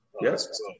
Yes